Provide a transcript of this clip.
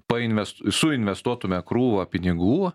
painves suinvestuotume krūvą pinigų